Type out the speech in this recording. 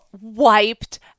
wiped